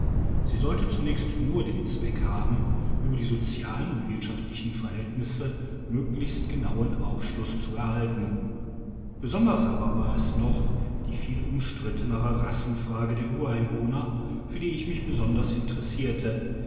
sie sollte zunächst nur den zweck haben über mann und frau der vonumgruppe die socialen und wirtschaftlichen verhältnisse möglichst genauen aufschluss zu erhalten besonders aber war es noch die viel umstrittene rassenfrage der ureinwohner für die ich mich besonders interessierte